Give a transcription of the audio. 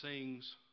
sings